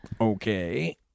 Okay